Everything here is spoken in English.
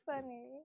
funny